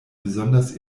besonders